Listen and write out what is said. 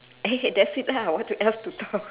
eh that's it lah what else to talk